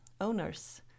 owners